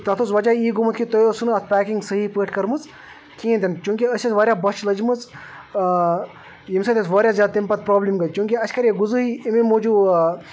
تَتھ اوس وجہ یی گوٚمُت کہ تۄہہِ اوسو نہٕ اَتھ پیکِنٛگ صحیح پٲٹھۍ کٔرمٕژ کِہیٖنۍ تہِ نہٕ چونٛکہ أسۍ ٲسۍ واریاہ بۄچھِ لٔجمٕژ ییٚمہِ سۭتۍ اَسہِ واریاہ زیادٕ تمہِ پَتہٕ پرٛابلِم گٔیے چوٗنٛکہ اَسہِ کَرے غُذٲیی اَمے موٗجوٗب